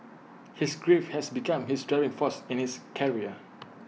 his grief had become his driving force in his career